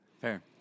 Fair